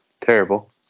Terrible